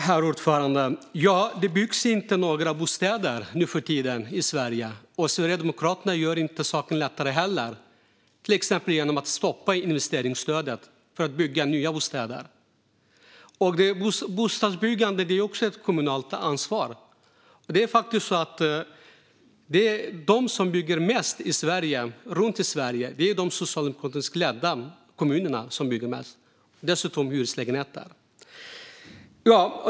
Herr talman! Det byggs inte några bostäder nu för tiden i Sverige. Och Sverigedemokraterna gör inte saken lättare genom att till exempel stoppa investeringsstödet för byggande av nya bostäder. Bostadsbyggande är ett kommunalt ansvar. De som bygger mest runt om i Sverige är de socialdemokratiskt ledda kommunerna. Dessutom bygger de hyreslägenheter.